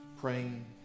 praying